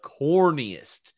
corniest